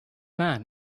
man